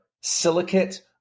silicate